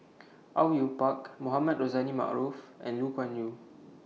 Au Yue Pak Mohamed Rozani Maarof and Lu Kuan Yew